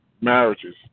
marriages